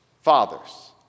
fathers